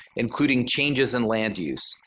including changes in land use,